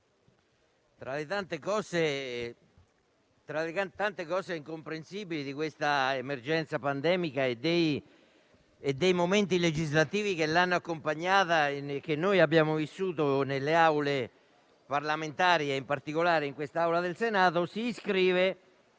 tra le tante cose incomprensibili di questa emergenza pandemica e dei momenti legislativi che l'hanno accompagnata e che abbiamo vissuto nelle Aule parlamentari, e in particolare in Senato, si iscrive